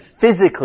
physically